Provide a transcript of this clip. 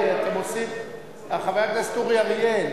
נוספו להצעת החוק הוראות מיוחדות לעניין